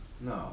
No